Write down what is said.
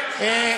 לך.